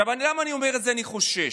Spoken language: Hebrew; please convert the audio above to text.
עכשיו, למה אני אומר שאני חושש?